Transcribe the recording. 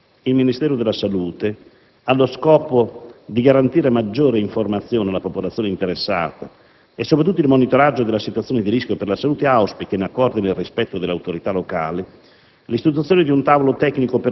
Peraltro, il Ministero della salute, allo scopo di garantire maggiore informazione alla popolazione interessata e soprattutto il monitoraggio della situazione di rischio per la salute, auspica, in accordo e nel rispetto delle autorità locali,